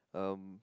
um